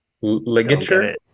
Ligature